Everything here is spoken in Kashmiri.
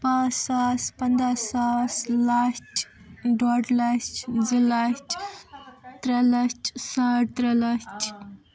پانٛژھ ساس پنٛداہ ساس اکھ لچھ ڈۄڈ لچھ زٕ لچھ ترٛےٚ لچھ ساڈ ترٛےٚ لچھ